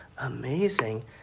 amazing